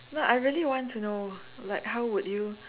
no I really want to know like how would you